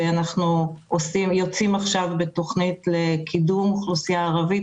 אנחנו יוצאים עכשיו בתכנית לקידום אוכלוסייה ערבית,